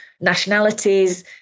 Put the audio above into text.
nationalities